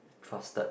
trusted